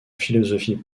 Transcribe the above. philosophie